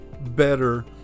better